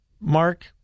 mark